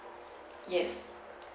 yes